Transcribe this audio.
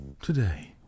Today